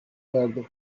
verdi